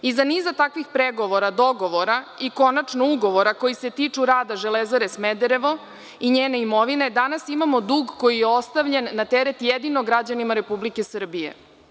Iza niza takvih pregovora, dogovora i konačno ugovora koji se tiču rada „Železare Smederevo“ i njene imovine, danas imamo dug koji je ostavljen na teret jedino građanima Republike Srbije.